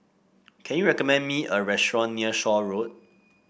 can you recommend me a restaurant near Shaw Road